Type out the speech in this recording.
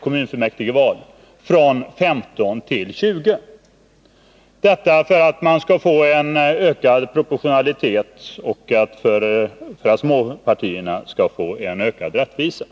kommunfullmäktigeval från 15 till 20 mandat. Anledningen till detta var att man skulle få en ökad proportionalitet och att småpartierna skulle få en ökad rättvisa.